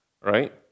Right